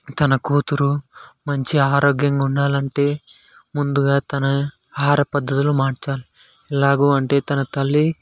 తన కూతురు మంచి ఆరోగ్యంగా ఉండాలంటే ముందుగా తన ఆహార పద్ధతులు మార్చాలి ఎలాగ అంటే తన తల్లి